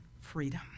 freedom